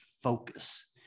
focus